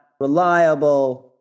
reliable